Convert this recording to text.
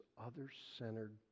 other-centered